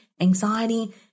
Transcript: anxiety